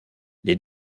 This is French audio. les